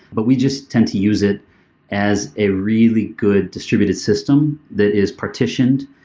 but we just tend to use it as a really good distributed system that is partitioned,